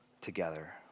together